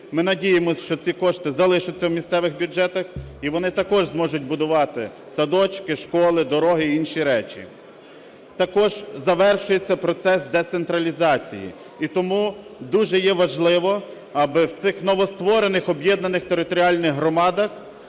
Ми надіємося, що ці кошти залишаться в місцевих бюджетах, і вони також зможуть будувати садочки, школи, дороги і інші речі. Також завершується процес децентралізації, і тому дуже є важливо, аби в цих новостворених об'єднаних територіальних громадах